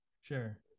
Sure